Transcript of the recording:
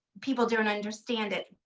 people don't understand it.